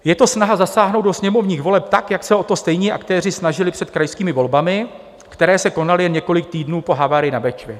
Je to snaha zasáhnout do sněmovních voleb tak, jak se o to stejní aktéři snažili před krajskými volbami, které se konaly jen několik týdnů po havárii na Bečvě.